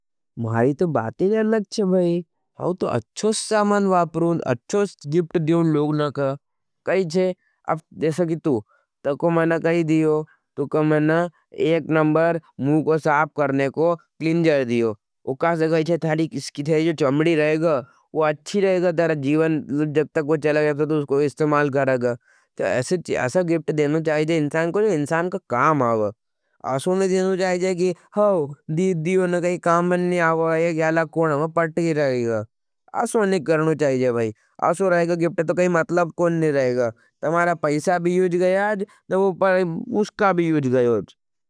मारी तो बातें अलग छे भाई हाँ तो अच्छोस सामान वापरों अच्छोस दिव्ट दियों लोग नक। कही छे, अप देशा की तू तको मना कही दियो। तो कह मना एक नमबर मूँ को साप करने को क्लिंजर दियो। वो कहा से कही छे आपका चमड़ी अच्छोस दियो जब तक वो चला गया था, तो उसको इस्तेमाल करगा। तो ऐसो गिफ्ट देने छियो छे जा इंसान के काम आवे। सुनने में आवे दिया गिफ्ट कोई काम नी आवे। यह वाला कोनो पड़ती लेवेगो, ऐसो नी करनी जायेवच हज भाई। ऐसो रहगो गिफ्ट तो कोई मतलब न्ही रेगो भाई। तुम्हारा पैसों भी यूज़ गयो चे उसको भी यूज़ गयो।